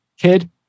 kid